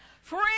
Free